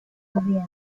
bienes